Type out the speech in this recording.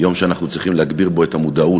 כיום שאנחנו צריכים להגביר בו את המודעות